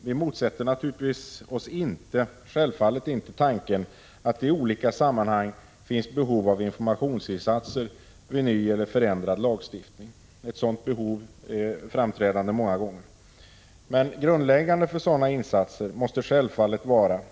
Vi motsätter oss självfallet inte tanken att det i olika sammanhang finns behov av informationsinsatser vid ny eller förändrad lagstiftning. Ett sådant behov är många gånger framträdan de. Men grundläggande för sådana insatser måste självfallet vara en Prot.